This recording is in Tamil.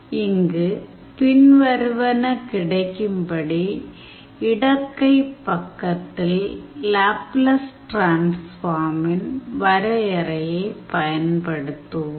இங்கு பின்வருவன கிடைக்கும்படி இடக்கைப் பக்கத்தில் லேப்லஸ் டிரான்ஸ்ஃபார்மின் வரையறையைப் பயன்படுத்துவோம்